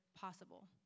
possible